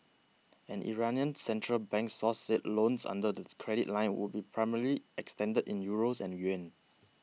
an Iranian central bank source said loans under the credit line would be primarily extended in Euros and yuan